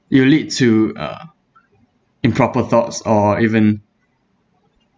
it will lead to uh improper thoughts or even